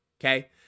okay